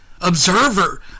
observer